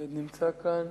מי עוד נמצא כאן?